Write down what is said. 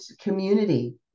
community